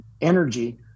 energy